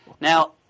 Now